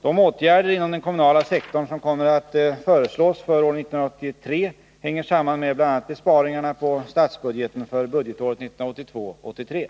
De åtgärder inom den kommunala sektorn som kommer att föreslås för år 1983 hänger samman med bl.a. besparingarna på statsbudgeten för budgetåret 1982/83.